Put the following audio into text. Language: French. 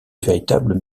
véritable